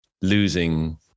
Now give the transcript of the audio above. losing